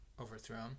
overthrown